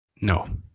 No